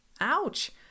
Ouch